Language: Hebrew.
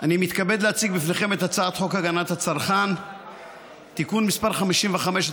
אני מתכבד להציג בפניכם את הצעת חוק הגנת הצרכן (תיקון מס' 55),